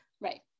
Right